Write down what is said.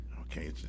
Okay